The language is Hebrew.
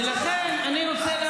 זה עכשיו,